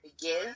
begin